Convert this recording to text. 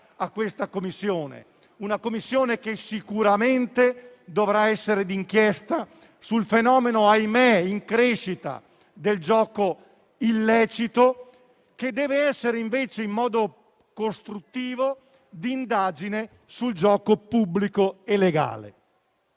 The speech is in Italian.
a questa Commissione, che sicuramente dovrà essere d'inchiesta sul fenomeno in crescita - ahimè - del gioco illecito e che dovrà essere invece, in modo costruttivo, di indagine sul gioco pubblico e legale.